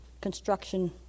construction